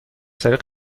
طریق